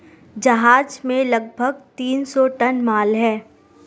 जहाज में लगभग तीन सौ टन माल है